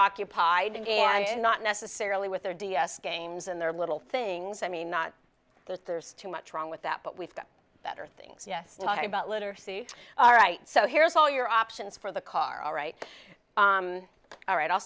occupied again and not necessarily with their d s games and their little things i mean not that there's too much wrong with that but we've got better things yes talk about literacy all right so here's all your options for the car all right all right i'll